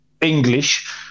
English